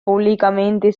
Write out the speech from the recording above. públicamente